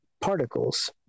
particles